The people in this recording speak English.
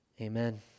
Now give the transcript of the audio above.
Amen